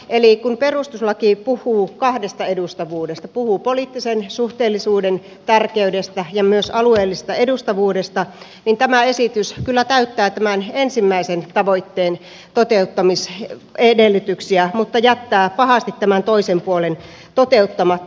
eli kun perustuslaki puhuu kahdesta edustavuudesta puhuu poliittisen suhteellisuuden tärkeydestä ja myös alueellisesta edustavuudesta niin tämä esitys kyllä täyttää tämän ensimmäisen tavoitteen toteuttamisedellytyksiä mutta jättää pahasti tämän toisen puolen toteuttamatta